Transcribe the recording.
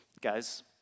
Guys